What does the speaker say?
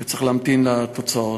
וצריך להמתין לתוצאות.